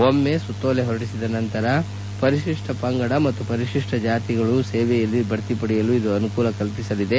ಒಮ್ಮೆಸುತ್ತೋಲೆ ಹೊರಡಿಸಿದ ನಂತರ ಪರಿಶಿಪ್ಟ ಪಂಗಡ ಮತ್ತು ಪರಿಶಿಪ್ಟ ಜಾತಿಗಳು ಸೇವೆಯಲ್ಲಿ ಬಡ್ತಿ ಪಡೆಯಲು ಇದು ಅನುಕೂಲ ಕಲ್ಪಿಸಲಿದೆ